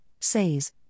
Says